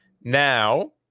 Now